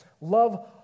love